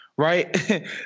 Right